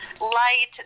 light